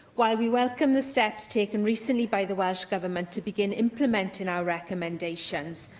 while we welcome the steps taken recently by the welsh government to begin implementing our recommendations,